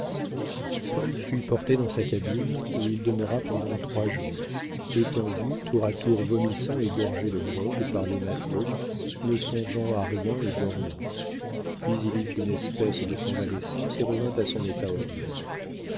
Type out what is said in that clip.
paul fut porté dans sa cabine où il demeura pendant trois jours étendu tour à tour vomissant et gorgé de grog par les matelots ne songeant à rien et dormant puis il eut une espèce de convalescence et revint à son état ordinaire